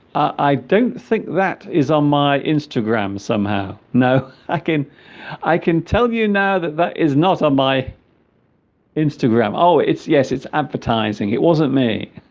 i don't think that is on my instagram somehow no i can i can tell you now that that is not on my instagram oh it's yes it's advertising it wasn't me